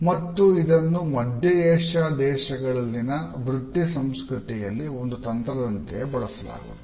ಮತ್ತು ಇದನ್ನು ಮಧ್ಯ ಏಷ್ಯಾ ದೇಶಗಳಲ್ಲಿನ ವೃತ್ತಿ ಸಂಸ್ಕೃತಿಯಲ್ಲಿ ಒಂದು ತಂತ್ರದಂತೆಯು ಬಳಸಲಾಗುತ್ತದೆ